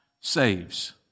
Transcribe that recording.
saves